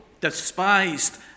despised